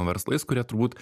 verslais kurie turbūt